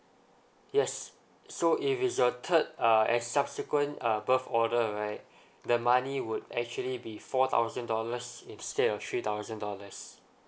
yes so if it's your third uh and subsequent uh birth order right the money would actually be four thousand dollars instead of three thousand dollars